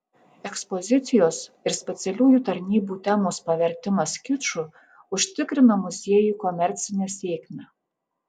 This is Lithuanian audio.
ekspozicijos ir specialiųjų tarnybų temos pavertimas kiču užtikrina muziejui komercinę sėkmę